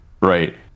Right